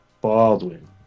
Baldwin